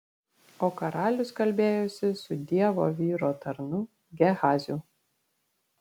o karalius kalbėjosi su dievo vyro tarnu gehaziu